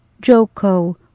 Joko